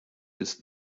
ist